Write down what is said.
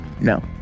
no